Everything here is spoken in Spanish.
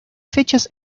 fechas